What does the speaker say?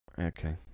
Okay